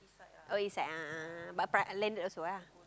oh East side ah a'ah but pri~ uh landed also ah